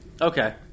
Okay